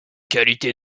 qualités